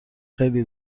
خیلی